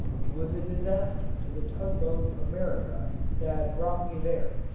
it was a disaster to the tug-boat america that brought me there,